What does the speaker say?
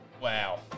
Wow